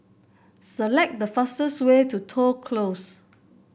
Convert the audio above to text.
select the fastest way to Toh Close